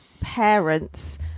parents